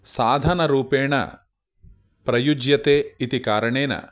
साधनरूपेण प्रयुज्यते इति कारणेन